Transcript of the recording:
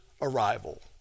arrival